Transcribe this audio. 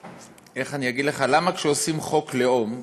איך אני אגיד לך, למה כשמחוקקים חוק לאום,